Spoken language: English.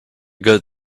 good